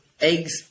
eggs